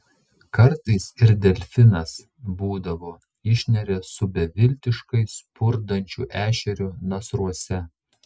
kartais ir delfinas būdavo išneria su beviltiškai spurdančiu ešeriu nasruose